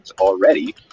already